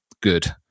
good